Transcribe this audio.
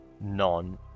none